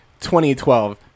2012